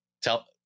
tell